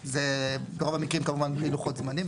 ברוב המקרים זה בלי לוחות זמנים,